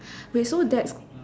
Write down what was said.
wait so that's